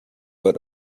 but